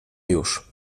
już